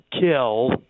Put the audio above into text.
kill